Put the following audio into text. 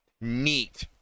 Neat